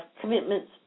commitments